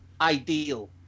ideal